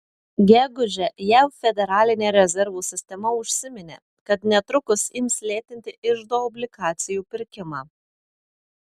gegužę jav federalinė rezervų sistema užsiminė kad netrukus ims lėtinti iždo obligacijų pirkimą